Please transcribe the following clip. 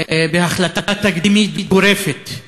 בהחלטה תקדימית גורפת.